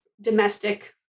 domestic